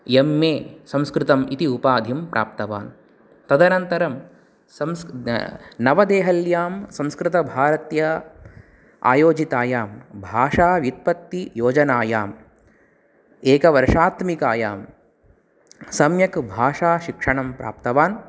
यम् ए संस्कृतम् इति उपाधिं प्राप्तवान् तदनन्तरं संस् नवदेहल्यां संस्कृतभारत्या आयोजितायां भाषाव्युत्पत्तियोजनायां एकवर्षात्मिकायां सम्यक् भाषाशिक्षणं प्राप्तवान्